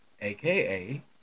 aka